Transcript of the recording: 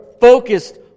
focused